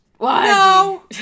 No